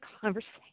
conversation